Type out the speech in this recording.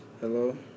Hello